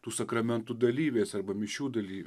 tų sakramentų dalyviais arba mišių dalyviai